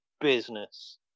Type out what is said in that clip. business